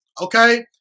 Okay